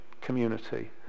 community